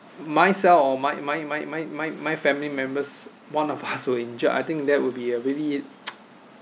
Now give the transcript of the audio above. myself or my my my my my my family members one of us were injured I think that will be a really